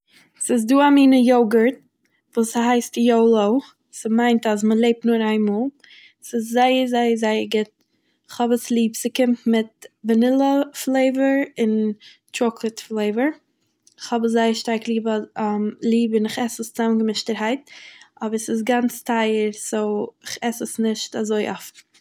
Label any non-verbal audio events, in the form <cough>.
ס'איז דא א מינע יאגארט וואס ס'הייסט יאלא, ס'מיינט אז מ'לעבט נאר איין מאהל, ס'איז זייער זייער זייער גוט, כ'האב עס ליב, ס'קומט מיט ווענילע פלעיוואר, און טשאקאלאד פלעיוואר, כ'האב עס זייער שטארק ליב אד <hesitation> ליב און איך עס עס צאמגעמישטערהייט אבער ס'איז גאנץ טייער סוי... איך עס עס נישט אזוי אפט.